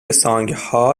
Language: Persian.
سانگها